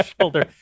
shoulder